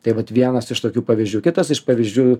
tai vat vienas iš tokių pavyzdžių kitas iš pavyzdžių